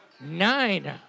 nine